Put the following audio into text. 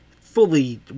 fully